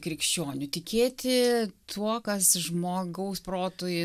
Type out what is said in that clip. krikščioniu tikėti tuo kas žmogaus protui